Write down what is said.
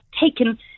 taken